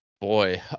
Boy